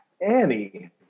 Annie